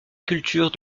culture